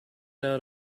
out